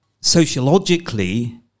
sociologically